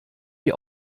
die